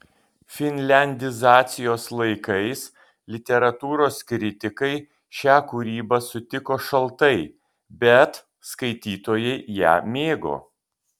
finliandizacijos laikais literatūros kritikai šią kūrybą sutiko šaltai bet skaitytojai ją mėgo